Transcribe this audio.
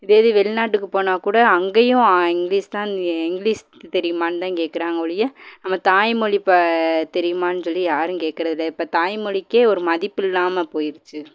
இதே இது வெளிநாட்டுக்கு போனாக்கூட அங்கேயும் இங்கிலீஸ் தான் இங்கிலீஸ் தெரியுமான்னு தான் கேட்குறாங்க ஒழிய நம்ம தாய் மொழி ப தெரியுமான்னு சொல்லி யாரும் கேட்குறதே இப்போ தாய்மொழிக்கே ஒரு மதிப்பில்லாமல் போயிருச்சு